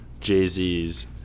Jay-Z's